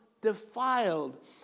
defiled